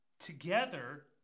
Together